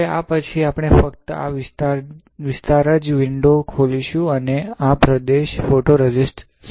હવે આ પછી આપણે ફક્ત આ વિસ્તારમાં જ એક વિન્ડો ખોલીશું અને આ પ્રદેશ ફોટોરેઝિસ્ટ સાચવશે